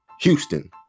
Houston